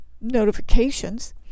notifications